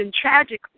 tragically